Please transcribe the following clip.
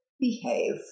behave